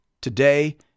today